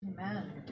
Amen